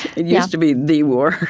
yeah to be the war.